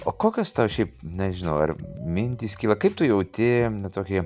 o kokios to šiaip nežinau ar mintys kyla kaip tu jauti na tokį